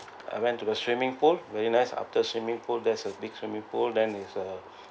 I went to the swimming pool very nice after swimming pool there's a big swimming pool then is a